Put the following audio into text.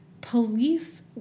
police